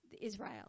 Israel